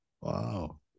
wow